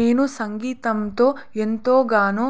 నేను సంగీతంతో ఎంతగానో